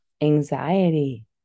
anxiety